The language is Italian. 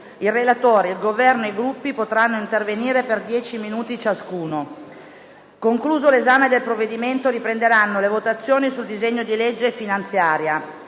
Il relatore, il Governo e i Gruppi potranno intervenire per 10 minuti ciascuno. Concluso 1'esame del provvedimento, riprenderanno le votazioni sul disegno di legge finanziaria.